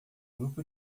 grupo